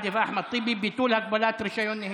ביטול הגבלת רישיון נהיגה),